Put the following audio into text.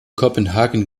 kopenhagen